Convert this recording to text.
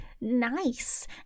nice